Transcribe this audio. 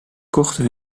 kochten